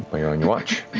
while you're on your watch.